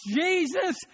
Jesus